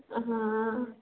ആഹ് ആ